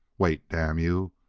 wait, damn you!